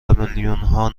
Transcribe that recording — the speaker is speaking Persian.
میلیونها